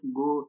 go